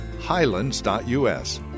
highlands.us